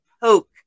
poke